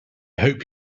hope